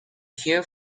here